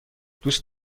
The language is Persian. دوست